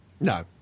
No